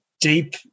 Deep